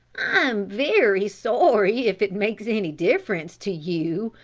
i am very sorry if it makes any difference to you,